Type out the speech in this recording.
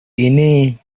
ini